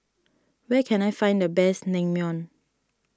where can I find the best Naengmyeon